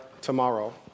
tomorrow